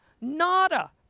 nada